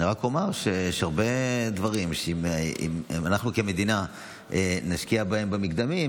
אני רק אומר שיש הרבה דברים שאם אנחנו כמדינה נשקיע בהם מקדמית.